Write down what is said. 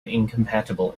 incompatible